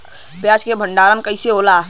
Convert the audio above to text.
प्याज के भंडारन कइसे होला?